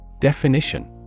Definition